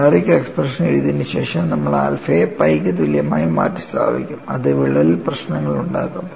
generic expression എഴുതിയതിന് ശേഷം നമ്മൾ ആൽഫയെ പൈയ്ക്ക് തുല്യമായി മാറ്റിസ്ഥാപിക്കും അത് വിള്ളലിൽ പ്രശ്നങ്ങളുണ്ടാക്കും